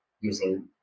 using